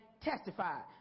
testified